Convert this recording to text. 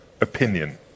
opinion